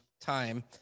time